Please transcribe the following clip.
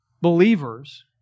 believers